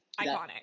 iconic